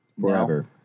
Forever